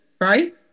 right